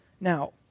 Now